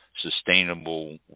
sustainable